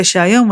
הרי שהיום,